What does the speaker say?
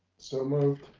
so moved.